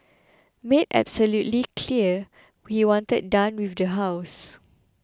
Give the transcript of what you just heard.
made absolutely clear what he wanted done with the house